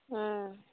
हुँ